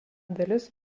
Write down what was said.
dalis